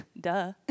duh